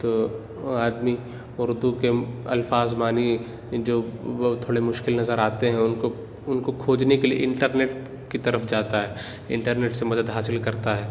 تو آدمی اردو کے الفاظ معنی جو تھوڑے مشکل نظر آتے ہیں ان کو ان کو کھوجنے کے لیے انٹرنیٹ کی طرف جاتا ہے انٹرنیٹ سے مدد حاصل کرتا ہے